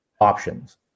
options